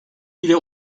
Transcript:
bile